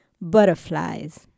butterflies